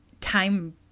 time